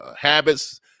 habits